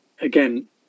Again